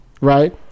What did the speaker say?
right